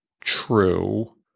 true